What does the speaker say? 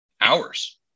Hours